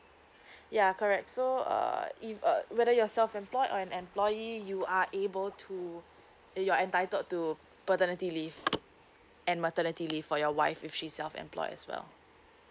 ya correct so err if uh whether you're self employed or an employee you are able to you are entitled to paternity leave and maternity leave for your wife if she's self employed as well